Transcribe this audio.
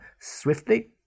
swiftly